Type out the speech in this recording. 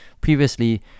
previously